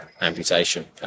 amputation